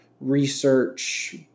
research